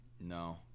No